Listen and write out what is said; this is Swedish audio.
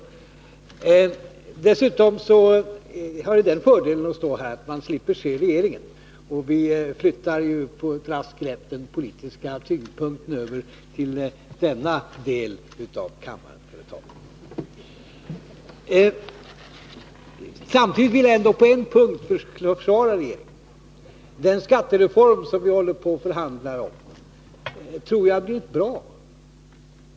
Att stå här innebär dessutom den fördelen att man slipper se regeringen. Vi flyttar med ett raskt grepp den politiska tyngdpunkten över till denna del av kammaren för en stund. På en punkt vill jag försvara regeringens handlande. Den skattereform vi förhandlar om tror jag blir bra.